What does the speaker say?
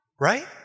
Right